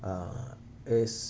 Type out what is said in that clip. uh is